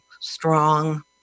strong